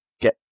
get